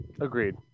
agreed